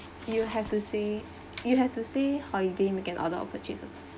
you have to say you have to say holiday make an order or purchase